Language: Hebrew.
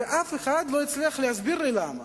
ואף אחד לא הצליח להסביר לי למה.